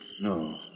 No